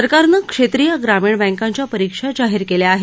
सरकारनं क्षेत्रिय ग्रामीण बँकांच्या परीक्षा जाहीर केल्या आहेत